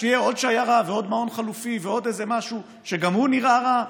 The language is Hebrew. שתהיה עוד שיירה ועוד מעון חלופי ועוד איזה משהו שגם הוא נראה רע,